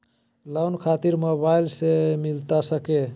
Loan खातिर mobile से मिलता सके?